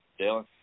Dylan